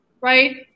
right